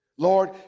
Lord